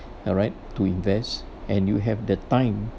alright to invest and you have the time